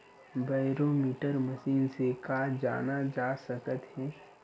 Barometer machine से का जाना जा सकत हे?